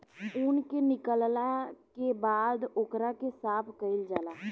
ऊन के निकालला के बाद ओकरा के साफ कईल जाला